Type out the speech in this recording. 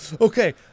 Okay